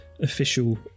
official